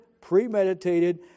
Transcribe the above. premeditated